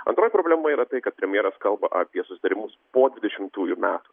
antroji problema yra tai kad premjeras kalba apie susitarimus po dvidešimtųjų metų